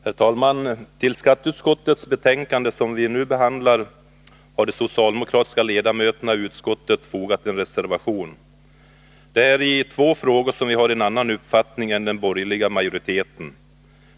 Herr talman! Till skatteutskottets betänkande har de socialdemokratiska ledamöterna i utskottet fogat en reservation. I två frågor har vi en annan uppfattning än den borgerliga majoriteten.